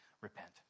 Repent